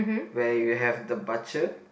where you have the butcher